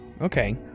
Okay